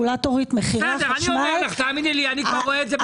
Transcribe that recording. תאמיני לי, אני כבר רואה את זה במבט היסטורי.